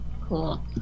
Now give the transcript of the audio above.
Cool